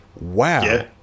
Wow